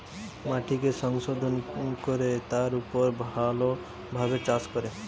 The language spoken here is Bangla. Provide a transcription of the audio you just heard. মাটিকে সংশোধন কোরে তার উপর ভালো ভাবে চাষ করে